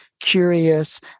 curious